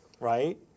right